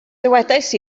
dywedais